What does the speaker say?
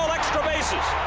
um extra bases.